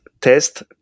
test